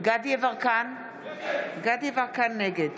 דסטה גדי יברקן, נגד